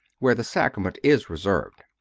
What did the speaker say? where the sacrament is reserved.